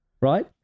right